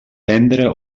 prendre